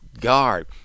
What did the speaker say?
guard